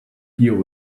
here